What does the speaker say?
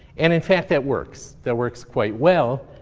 and, in fact, that works that works quite well.